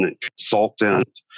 consultant